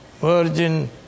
Virgin